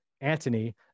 Antony